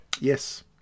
Yes